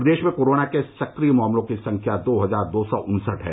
प्रदेश में कोरोना के सक्रिय मामलों की संख्या दो हजार दो सौ उन्सठ है